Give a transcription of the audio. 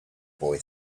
boy